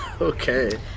Okay